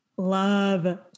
love